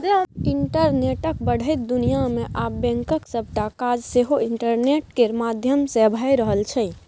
इंटरनेटक बढ़ैत दुनियाँ मे आब बैंकक सबटा काज सेहो इंटरनेट केर माध्यमसँ भए रहल छै